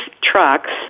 trucks